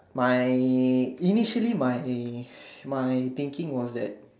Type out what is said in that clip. my initially my my thinking was that